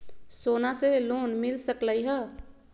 सोना से लोन मिल सकलई ह?